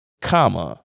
comma